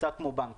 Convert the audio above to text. קצת כמו בנק.